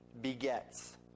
begets